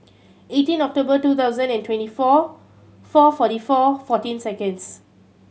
eighteen October two thousand and twenty four four forty four fourteen seconds